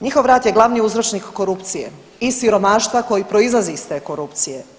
Njihov rad je glavni uzročnik korupcije i siromaštva koji proizlazi iz te korupcije.